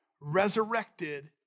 resurrected